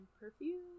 perfume